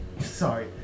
Sorry